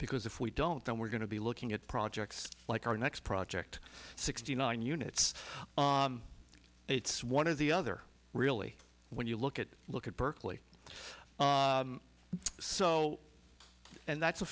because if we don't then we're going to be looking at projects like our next project sixty nine units it's one of the other really when you look at look at berkeley so and that's a